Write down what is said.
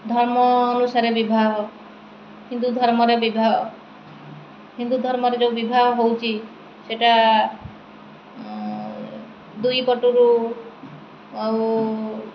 ଧର୍ମ ଅନୁସାରେ ବିବାହ ହିନ୍ଦୁ ଧର୍ମରେ ବିବାହ ହିନ୍ଦୁ ଧର୍ମରେ ଯୋଉ ବିବାହ ହେଉଛି ସେଟା ଦୁଇ ପଟରୁ ଆଉ